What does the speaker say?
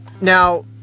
Now